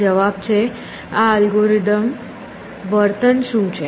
જવાબ છે આ અલ્ગોરિધમ વર્તન શું છે